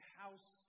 house